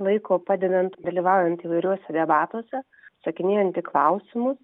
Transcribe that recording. laiko padedant dalyvaujant įvairiuose debatuose atsakinėjant į klausimus